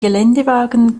geländewagen